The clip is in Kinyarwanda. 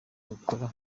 gukora